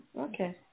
Okay